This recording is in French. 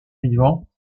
vivant